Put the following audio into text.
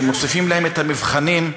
שמוסיפים להם מבחנים,